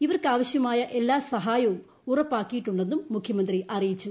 ഇവർക്കാവശ്യൂമിട്ടത് എല്ലാ സഹായവും ഉറപ്പാക്കിയിട്ടുണ്ടെന്നും മുഖ്യമന്ത്രി അറിയിച്ചു